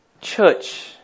church